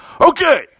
Okay